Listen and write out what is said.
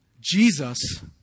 Jesus